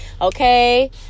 okay